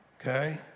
okay